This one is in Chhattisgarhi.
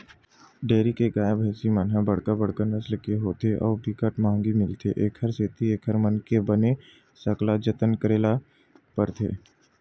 डेयरी के गाय, भइसी मन ह बड़का बड़का नसल के होथे अउ बिकट महंगी मिलथे, एखर सेती एकर मन के बने सकला जतन करे ल परथे